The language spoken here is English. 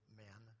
men